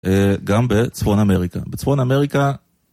גם בצפון אמריקה. בצפון אמריקה...